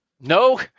No